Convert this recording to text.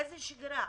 איזה שגרה?